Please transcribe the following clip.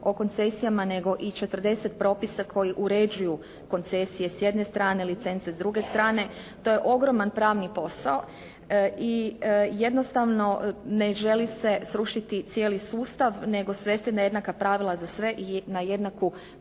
o koncesijama nego i 40 propisa koji uređuju koncesije s jedne strane, licence s druge strane. To je ogroman pravni posao i jednostavno ne želi se srušiti cijeli sustav nego svesti na jednaka pravila za sve i na jednaku